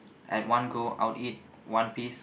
at one go I'll eat one piece